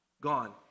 gone